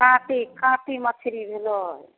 काँटी काँटी मछरी भेलै